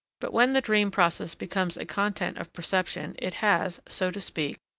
but when the dream process becomes a content of perception it has, so to speak,